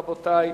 רבותי,